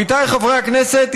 עמיתיי חברי הכנסת,